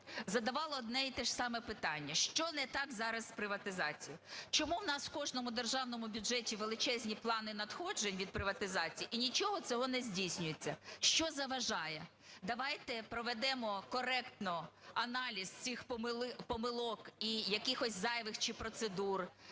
задавала одне і те ж саме питання. Що не так зараз з приватизацією, чому в нас в кожному державному бюджеті величезні плани надходжень від приватизації, і нічого цього не здійснюється? Що заважає? Давайте проведемо коректно аналіз цих помилок і якихось зайвих чи процедур,